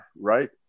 right